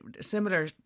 similar